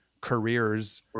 careers